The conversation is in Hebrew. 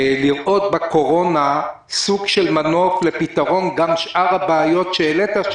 לראות בקורונה סוג של מנוף לפתרון גם שאר הבעיות שהעלית?